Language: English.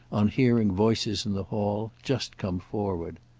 on hearing voices in the hall, just come forward.